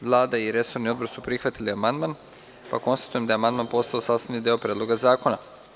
Vlada i resorni odbor su prihvatili amandman, pa konstatujem da je amandman postao sastavni deo Predloga zakona.